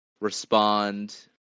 respond